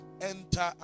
enter